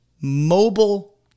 mobile